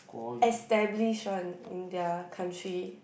established one in their country